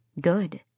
good